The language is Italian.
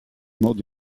modo